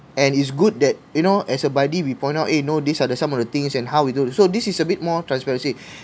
and it's good that you know as a buddy we point out eh no these are the some of the things and how we do so this is a bit more transparency